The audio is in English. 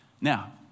Now